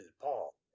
Paul